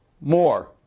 more